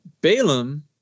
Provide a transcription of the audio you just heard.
Balaam